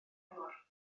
cyngor